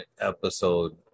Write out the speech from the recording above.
episode